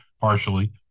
partially